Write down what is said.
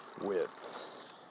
width